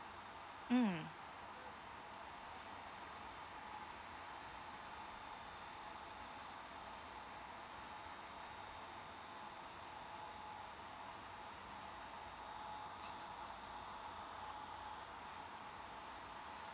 mm